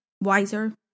wiser